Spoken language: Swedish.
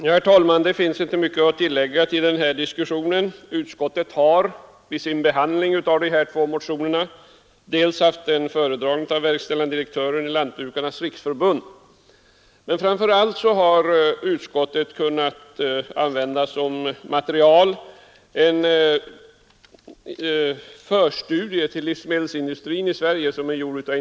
Herr talman! Det är inte mycket att tillägga i denna diskussion. Utskottet har vid sin behandling av dessa två motioner haft en föredragning av verkställande direktören i Lantbrukarnas riksförbund, men framför allt har utskottet som material kunnat använda industridepartementets förstudie Livsmedelsindustrin i Sverige.